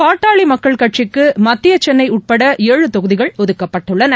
பாட்டர்ளிமக்கள் கட்சிக்குமத்தியசென்னைஉட்பட ஏழு தொகுதிகள் ஒதுக்கப்பட்டுள்ளன